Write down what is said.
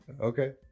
Okay